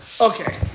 Okay